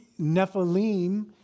Nephilim